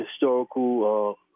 historical